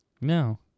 No